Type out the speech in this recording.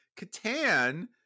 Catan